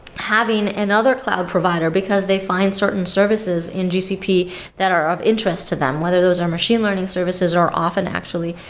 having another cloud provider because they find certain services and gcp that are of interest to them. whether those are machine learning services or often, actually,